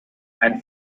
ein